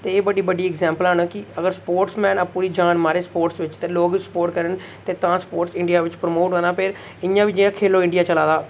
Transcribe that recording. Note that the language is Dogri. ते एह् बड्डी बड्डी इग्जैम्पलां न कि अगर स्पोर्ट्स मैन जान मारे स्पोर्ट् बिच ते लोग स्पोर्ट्स करन ते तां स्पोर्ट्स इंडिया बिच प्रोमोट होना फिर इयां बी जियां खेलो इंडिया चला दा